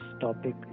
topic